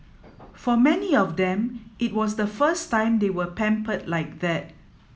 for many of them it was the first time they were pampered like that